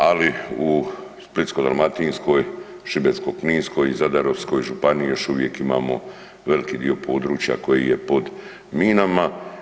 Ali u Splitsko-dalmatinskoj, Šibensko-kninskoj i Zadarskoj županiji još uvijek imamo veliki dio područja koji je pod minama.